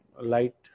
light